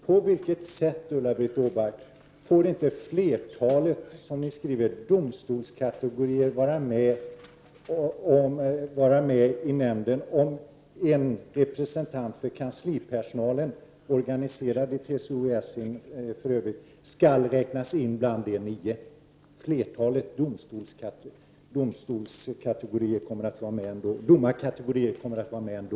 På vilket sätt får inte flertalet domstolskategorier, som ni skriver, Ulla Britt Åbark, vara med i nämnden om en representant för kanslipersonalen, för övrigt organiserad i TCO-S, skall räknas in bland de nio? Flertalet domstolskategorier kommer att vara med ändå.